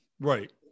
Right